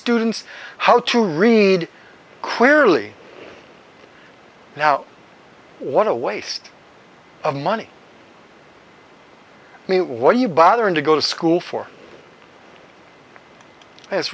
students how to read queerly now what a waste of money and what are you bothering to go to school for it's